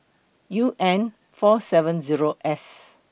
U N four seven Zero S